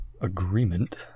agreement